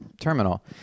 terminal